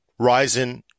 Ryzen